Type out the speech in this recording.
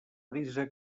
brisa